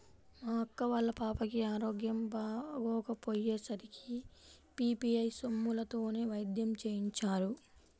మా అక్క వాళ్ళ పాపకి ఆరోగ్యం బాగోకపొయ్యే సరికి పీ.పీ.ఐ సొమ్ములతోనే వైద్యం చేయించారు